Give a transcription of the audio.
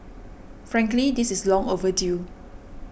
frankly this is long overdue